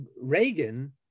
Reagan